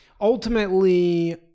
ultimately